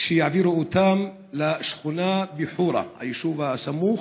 שיעבירו אותם לשכונה בחורה, היישוב הסמוך.